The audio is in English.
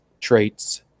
traits